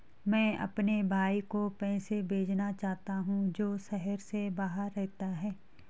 मैं अपने भाई को पैसे भेजना चाहता हूँ जो शहर से बाहर रहता है